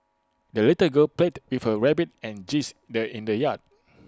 the little girl played with her rabbit and geese the in the yard